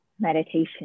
meditation